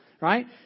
right